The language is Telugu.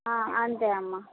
అంతే అమ్మా